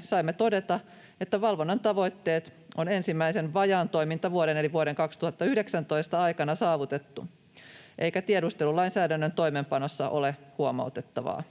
saimme todeta, että valvonnan tavoitteet on ensimmäisen vajaan toimintavuoden eli vuoden 2019 aikana saavutettu eikä tiedustelulainsäädännön toimeenpanossa ole huomautettavaa.